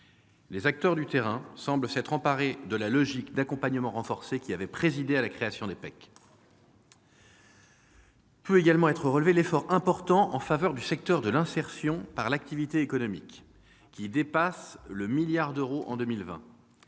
Les acteurs du terrain semblent s'être emparés de la logique d'accompagnement renforcé qui avait présidé à la création des PEC. Peut également être relevé l'effort important en faveur du secteur de l'insertion par l'activité économique (IAE), qui dépasse le milliard d'euros en 2020.